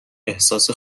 احساس